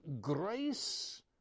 grace